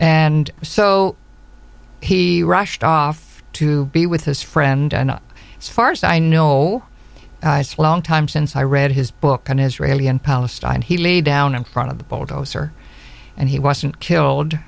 and so he rushed off to be with his friend and as far as i know long time since i read his book on israeli and palestine he lead down in front of the bulldozer and he wasn't killed